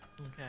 Okay